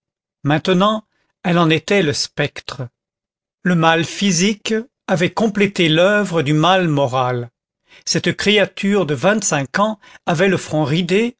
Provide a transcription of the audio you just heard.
maintenant elle en était le spectre le mal physique avait complété l'oeuvre du mal moral cette créature de vingt-cinq ans avait le front ridé